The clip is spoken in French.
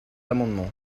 amendement